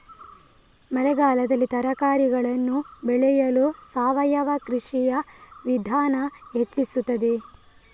ಮಳೆಗಾಲದಲ್ಲಿ ತರಕಾರಿಗಳನ್ನು ಬೆಳೆಯಲು ಸಾವಯವ ಕೃಷಿಯ ವಿಧಾನ ಹೆಚ್ಚಿಸುತ್ತದೆ?